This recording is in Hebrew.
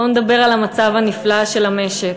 בואו נדבר על המצב הנפלא של המשק.